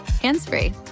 hands-free